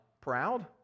proud